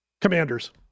Commanders